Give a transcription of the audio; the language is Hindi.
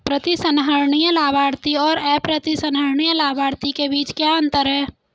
प्रतिसंहरणीय लाभार्थी और अप्रतिसंहरणीय लाभार्थी के बीच क्या अंतर है?